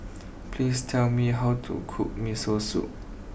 please tell me how to cook Miso Soup